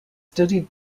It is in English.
studied